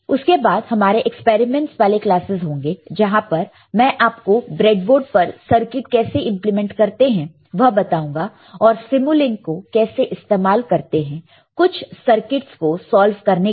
उसके बाद हमारे एक्सपेरिमेंटस वाले क्लासस होंगे जहां पर मैं आपको ब्रेडबोर्ड पर सर्किट कैसे इंप्लीमेंट करते हैं वह बताऊंगा और सिमुलिंक को कैसे इस्तेमाल कर सकते हैं कुछ सर्किटस को सॉल्व करने के लिए